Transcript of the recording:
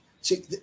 see